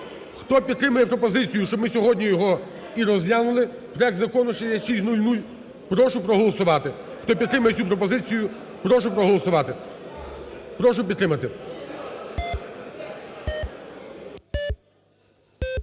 Хто підтримує пропозицію, щоб ми сьогодні його і розглянули, проект Закону 6600, прошу проголосувати. Хто підтримує цю пропозицію, прошу проголосувати. Прошу підтримати.